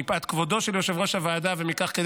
מפאת כבודו של יושב-ראש הוועדה וכדי